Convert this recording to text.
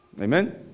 Amen